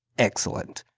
excellent.